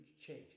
change